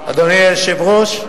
אדוני היושב-ראש,